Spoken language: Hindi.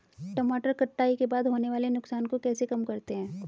टमाटर कटाई के बाद होने वाले नुकसान को कैसे कम करते हैं?